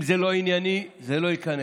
אם זה לא ענייני, זה לא ייכנס,